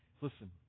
Listen